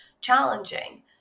challenging